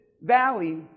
valley